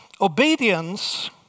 Obedience